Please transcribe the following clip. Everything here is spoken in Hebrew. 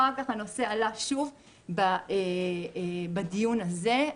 אחר כך הנושא עלה שוב בדיון הזה.